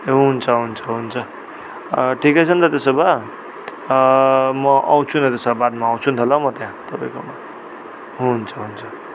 ए हुन्छ हुन्छ हुन्छ ठिकै छ नि त त्यसो भए म आउँछु नि त्यसो भए बादमा आउँछु नि त ल म त्यहाँ तपाईँकोमा हुन्छ हुन्छ